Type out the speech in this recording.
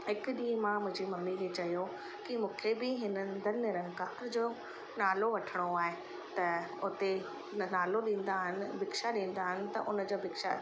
हिकु ॾींहुं मां मुंहिंजी मम्मी खे चयो की मूंखे बि ही धन निरंकार जो नालो वठिणो आहे त उते नालो ॾींदा आहिनि भिक्षा ॾींदा आहिनि त हुनजी भिक्षा